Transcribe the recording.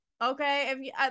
okay